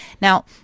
Now